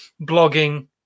blogging